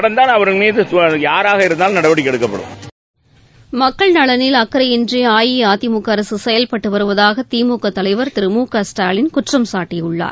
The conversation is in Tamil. நடந்தா அவர்கள் மீது யாராக இருந்தாலும் நடவடிக்கை எடுக்கப்படும் மக்கள் நலனில் அக்கறையின்றி அஇஅதிமுக அரசு செயல்பட்டு வருவதாக திமுக தலைவர் திரு மு க ஸ்டாலின் குற்றம்சாட்டியுள்ளார்